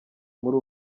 muri